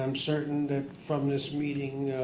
um certain that from this meeting